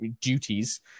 duties